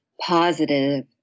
positive